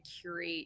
curate